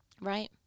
Right